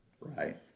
Right